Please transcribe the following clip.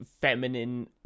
feminine